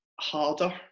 harder